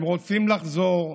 הם רוצים לחזור.